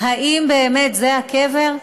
האם זה באמת הקבר?